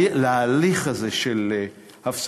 עליהן.